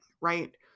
right